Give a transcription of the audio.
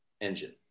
engine